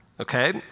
Okay